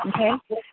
Okay